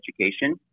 education